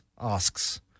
asks